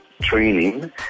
training